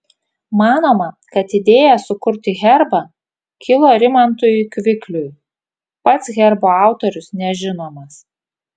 manoma kad idėja sukurti herbą kilo rimantui kvikliui pats herbo autorius nežinomas